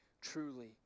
truly